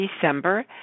December